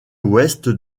ouest